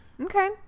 Okay